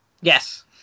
Yes